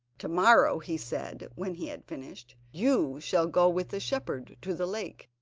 to-morrow, he said, when he had finished, you shall go with the shepherd to the lake,